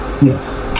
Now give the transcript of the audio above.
Yes